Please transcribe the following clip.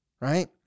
right